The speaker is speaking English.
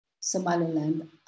Somaliland